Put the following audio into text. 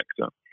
sector